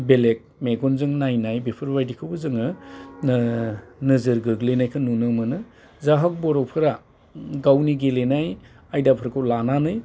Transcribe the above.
बेलेग मेगनजों नायनाय बेफोरबायदिखौ जोङो नोजोर गोग्लैनायखौ नुनो मोनो जाहग बर'फोरा गावनि गेलेनाय आयदाफोरखौ लानानै